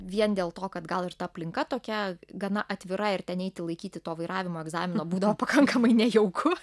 vien dėl to kad gal ir ta aplinka tokia gana atvira ir ten eiti laikyti to vairavimo egzamino būdavo pakankamai nejauku